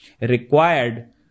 required